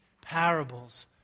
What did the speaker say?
parables